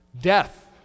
Death